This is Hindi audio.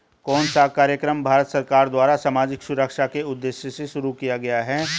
कौन सा कार्यक्रम भारत सरकार द्वारा सामाजिक सुरक्षा के उद्देश्य से शुरू किया गया है?